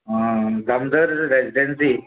गामदर residency